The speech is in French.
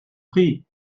prie